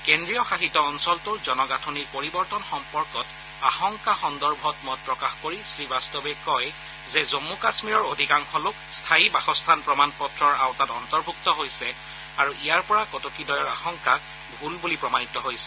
কেন্দ্ৰীয় শাসিত অঞ্চলটোৰ জনগাঁথনিৰ পৰিৱৰ্তন সম্পৰ্কীয় আশংকা সন্দৰ্ভত মত প্ৰকাশ কৰি শ্ৰীবাস্তৱে কয় যে জম্মু কাশ্মীৰৰ অধিকাংশ লোক স্থায়ী বাসস্থান প্ৰমাণপত্ৰৰ আওতাত অন্তৰ্ভুক্ত হৈছে আৰু ইয়াৰ পৰা কটকীদ্বয়ৰ আশংকা ভুল বুলি প্ৰমাণিত হৈছে